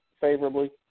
favorably